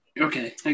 Okay